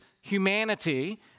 humanity